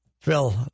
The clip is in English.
Phil